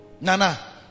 nana